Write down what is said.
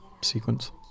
sequence